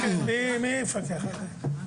מי יפקח על זה?